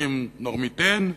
שלוקחים "נורמיטן",